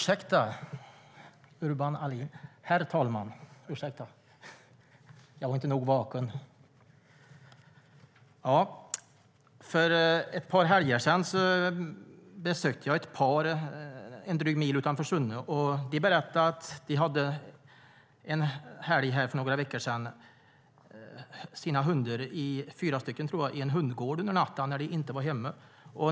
Herr talman! För ett par helger sedan besökte jag ett par en dryg mil utanför Sunne. De berättade att de för några veckor sedan när de inte var hemma hade sina fyra hundar i en hundgård under natten.